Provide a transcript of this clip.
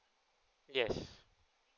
yes